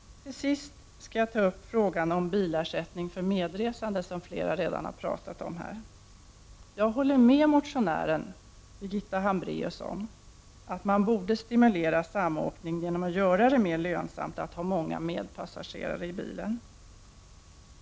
Till sist skall jag ta upp frågan om bilersättning för medresande, som flera redan har pratat om här. Jag håller med motionären Birgitta Hambraeus om att man borde stimulera samåkning genom att göra det mer lönsamt att ha många medpassagerare i bilen.